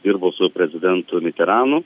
dirbo su prezidentu liuteranu